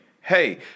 hey